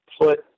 put